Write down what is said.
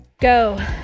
go